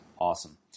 Awesome